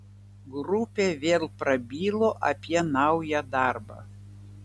grupė vėl prabilo apie naują darbą